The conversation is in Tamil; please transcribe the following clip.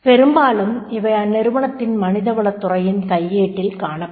பெரும்பாலும் இவை அந்நிறுவனத்தின் மனிதவளத் துறையின் கையேட்டில் காணப்படும்